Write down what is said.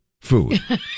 food